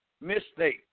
mistake